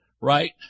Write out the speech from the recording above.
right